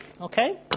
Okay